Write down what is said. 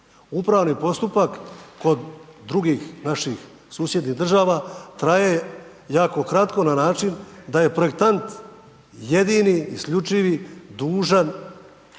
Upravni postupak kod drugih naših susjednih država traje jako kratko na način da je projektant jedini, isključivi dužan poštivati